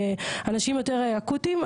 אנשים יותר אקוטיים,